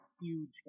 huge